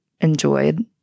enjoyed